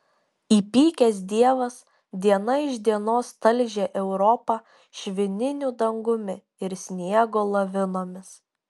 įpykęs dievas diena iš dienos talžė europą švininiu dangumi ir sniego lavinomis